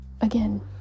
again